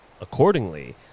Accordingly